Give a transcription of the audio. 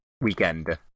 weekend